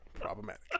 Problematic